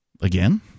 Again